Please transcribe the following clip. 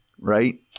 Right